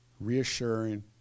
Reassuring